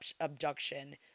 abduction